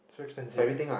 which expensive